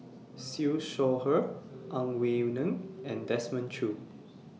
Siew Shaw Her Ang Wei Neng and Desmond Choo